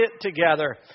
together